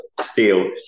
steel